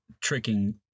tricking